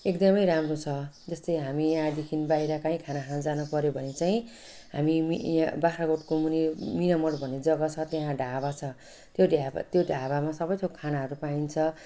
एकदमै राम्रो छ जस्तै हामी यहाँदेखिन् बाहिर कहीँ खाना खान जानुपर्यो भने चाहिँ हामी यहाँ बाख्राकोटको मुनि मिनामोड भन्ने जग्गा छ त्यहाँ ढाबा छ त्यो ढेबा त्यो ढाबामा सबैथोक खानाहरू पाइन्छ